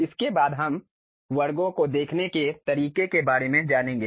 इसके बाद हम वर्गों को देखने के तरीके के बारे में जानेंगे